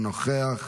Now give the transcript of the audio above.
אינו נוכח,